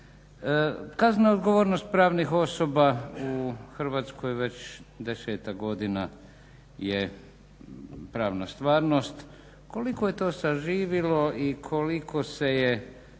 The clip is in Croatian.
Kazna odgovornost pravnih osoba u Hrvatskoj već desetak godina je pravna stvarnost. Koliko je to saživilo i koliko se